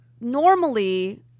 normally